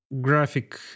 graphic